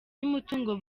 y’umutungo